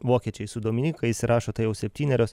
vokiečiai su dominyka įsirašo tai jau septynerios